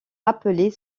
rappeler